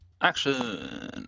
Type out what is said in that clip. action